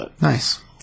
Nice